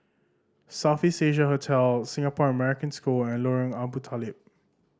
South East Asia Hotel Singapore American School and Lorong Abu Talib